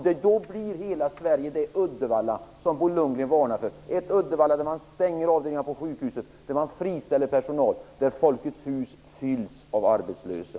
Då blir hela Sverige det Uddevalla som Bo Lundgren varnar för, dvs. där man stänger avdelningar på sjukhuset och friställer personal, och där Folkets hus fylls av arbetslösa.